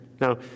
Now